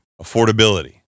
Affordability